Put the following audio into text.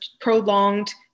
prolonged